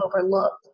overlooked